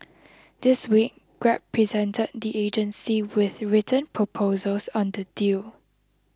this week Grab presented the agency with written proposals on the deal